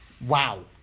Wow